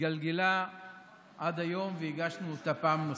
התגלגלה עד היום והגשנו אותה פעם נוספת.